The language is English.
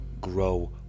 grow